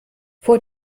vor